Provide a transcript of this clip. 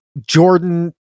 Jordan